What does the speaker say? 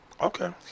Okay